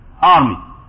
army